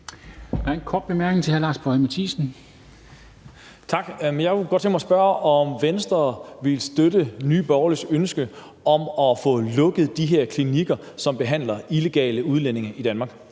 mig at spørge, om Venstre vil støtte Nye Borgerliges ønske om at få lukket de her klinikker, som behandler illegale udlændinge i Danmark.